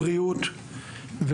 בריאות,